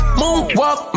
moonwalk